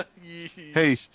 Hey